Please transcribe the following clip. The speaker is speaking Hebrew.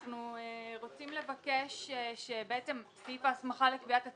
אנחנו רוצים לבקש שסעיף ההסמכה לקביעת הצו,